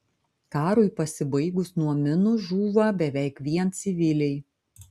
karui pasibaigus nuo minų žūva beveik vien civiliai